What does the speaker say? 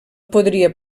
podria